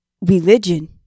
religion